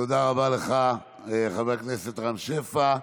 תודה רבה לך, חבר הכנסת רם שפע.